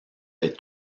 des